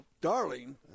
darling